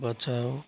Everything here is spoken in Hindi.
बचाओ